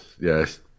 yes